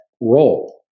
role